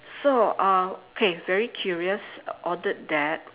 so uh okay very curious ordered that